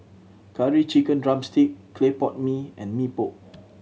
Curry Chicken drumstick clay pot mee and Mee Pok